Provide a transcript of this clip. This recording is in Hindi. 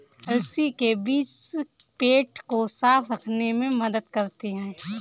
अलसी के बीज पेट को साफ़ रखने में मदद करते है